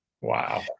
Wow